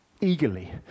eagerly